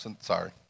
sorry